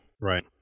Right